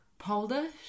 Polish